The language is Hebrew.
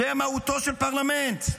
זו מהותו של פרלמנט.